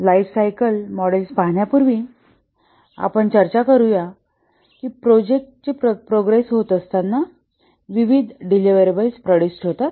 lifecycle models पाहण्यापूर्वी आपण चर्चा करूया कि प्रोजेक्ट प्रोग्रेस होत असताना विविध डेलिव्हरेबल्स प्रोड्युसड होतात